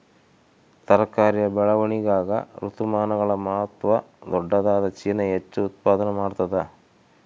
ತರಕಾರಿಯ ಬೆಳವಣಿಗಾಗ ಋತುಮಾನಗಳ ಮಹತ್ವ ದೊಡ್ಡದಾದ ಚೀನಾ ಹೆಚ್ಚು ಉತ್ಪಾದನಾ ಮಾಡ್ತದ